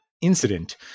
incident